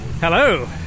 hello